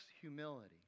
humility